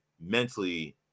mentally